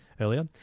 earlier